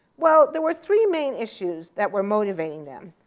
well, there were three main issues that were motivating them.